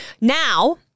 now